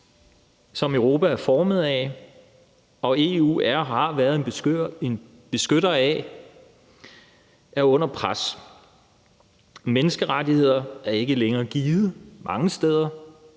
som Europa er formet af, og som EU er og har været en beskytter af, er under pres. Menneskerettigheder er ikke længere givet mange steder